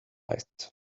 night